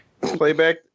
Playback